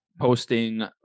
posting